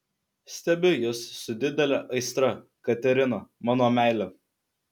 stebiu jus su didele aistra katerina mano meile